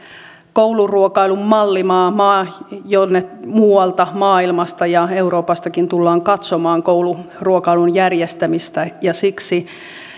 kouluruokailun mallimaa jonne muualta maailmasta ja euroopastakin tullaan katsomaan kouluruokailun järjestämistä siksi